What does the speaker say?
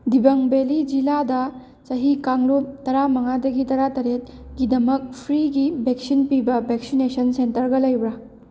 ꯗꯤꯕꯪ ꯕꯦꯂꯤ ꯖꯤꯂꯥꯗ ꯆꯍꯤ ꯀꯥꯡꯂꯨꯞ ꯇꯔꯥ ꯃꯉꯥꯗꯒꯤ ꯇꯔꯥ ꯇꯔꯦꯠꯀꯤꯗꯃꯛ ꯐ꯭ꯔꯤꯒꯤ ꯕꯦꯛꯁꯤꯟ ꯄꯤꯕ ꯕꯦꯛꯁꯤꯟꯅꯦꯁꯟ ꯁꯦꯟꯇꯔꯒ ꯂꯩꯕ꯭ꯔꯥ